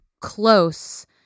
close